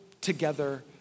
together